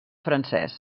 francès